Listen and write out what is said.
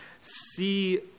see